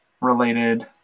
related